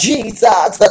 Jesus